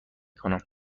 کنم